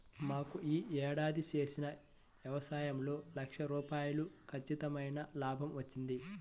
మాకు యీ ఏడాది చేసిన యవసాయంలో లక్ష రూపాయలు ఖచ్చితమైన లాభం వచ్చింది